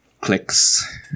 Clicks